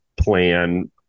plan